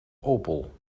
opel